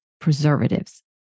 preservatives